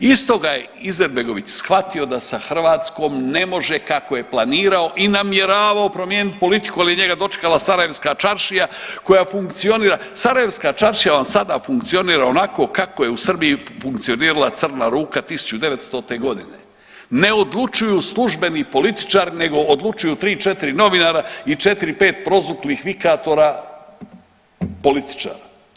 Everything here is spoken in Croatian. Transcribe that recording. Iz toga je Izetbegović shvatio da sa Hrvatskom ne može kako je planirao i namjeravao promijenit politiku, ali je njega dočekala sarajevska čaršija koja funkcionira, sarajevska čaršija vam sada funkcionira onako kako je u Srbiji funkcionara crna ruka 1900.g., ne odlučuju službeni političari nego odlučuju 3-4 novinara i 4-5 prozvuklih vikatora političara.